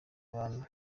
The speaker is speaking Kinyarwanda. abantu